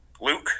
Luke